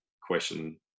question